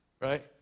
Right